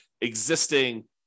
existing